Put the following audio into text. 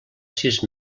sis